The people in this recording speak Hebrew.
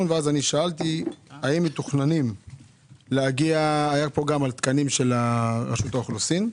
דובר גם על תקנים של רשות האוכלוסין,